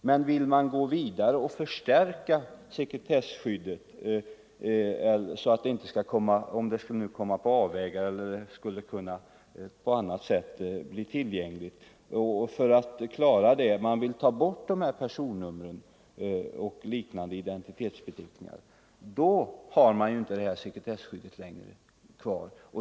Men vill man gå vidare och förstärka skyddet för den enskilde —- med tanke på vad som kan hända om materialet skulle komma på avvägar eller på annat sätt bli tillgängligt — och ta bort personnummer och liknande beteckningar, då gäller inte sekretesskyddet längre.